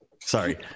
Sorry